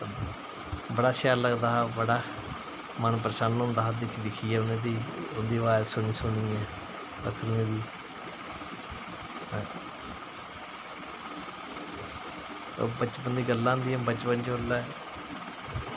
ते बड़ा शैल लगदा हा बड़ा मन परसन्न होंदा हा दिक्खी दिक्खियै उनेंगी उं'दी अवाज़ सुनी सुनियै पक्खरूएं दी ओह् बचपन दियां गल्लां होंदियां बचपन च उसलै